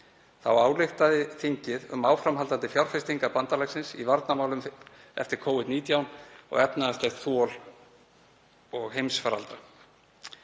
Þá ályktaði þingið um áframhaldandi fjárfestingar bandalagsins í varnarmálum eftir Covid-19 og efnahagslegt þol og heimsfaraldra.